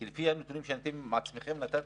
כי לפי הנתונים שאתם עצמכם נתתם,